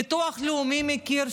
ביטוח לאומי מכיר,